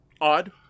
odd